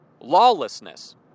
Lawlessness